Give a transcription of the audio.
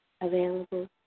available